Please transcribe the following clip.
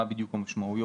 מה בדיוק המשמעויות